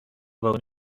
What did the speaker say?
واگن